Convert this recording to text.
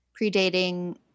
predating